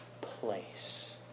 place